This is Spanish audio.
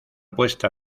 puesta